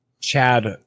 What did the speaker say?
chad